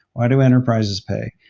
why do enterprises pay?